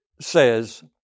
says